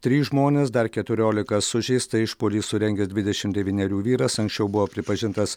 trys žmonės dar keturiolika sužeista išpuolį surengęs dvidešim devynerių vyras anksčiau buvo pripažintas